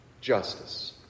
Justice